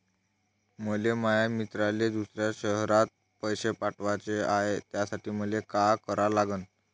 मले माया मित्राले दुसऱ्या शयरात पैसे पाठवाचे हाय, त्यासाठी मले का करा लागन?